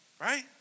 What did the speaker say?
right